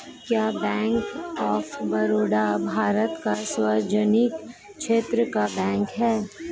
क्या bank of Baroda Bharat का सार्वजनिक क्षेत्र का बैंक है?